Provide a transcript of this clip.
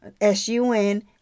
S-U-N